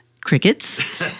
crickets